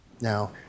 Now